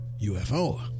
UFO